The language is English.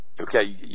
Okay